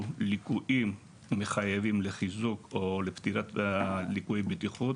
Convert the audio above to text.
ליקויים המחייבים חיזוק או תיקון ליקוי בטיחות.